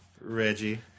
Reggie